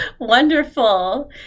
wonderful